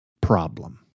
problem